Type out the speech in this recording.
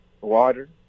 water